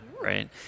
right